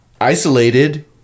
isolated